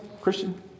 Christian